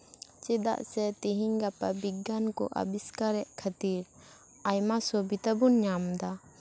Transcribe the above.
ᱪᱮᱫᱟᱜ ᱥᱮ ᱛᱮᱦᱮᱧ ᱜᱟᱯᱟ ᱵᱤᱜᱽᱜᱟᱱ ᱠᱚ ᱟᱵᱤᱥᱠᱟᱨᱮᱫ ᱠᱷᱟᱹᱛᱤᱨ ᱟᱭᱢᱟ ᱥᱩᱵᱤᱛᱟ ᱵᱚᱱ ᱧᱟᱢ ᱮᱫᱟ